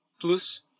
plus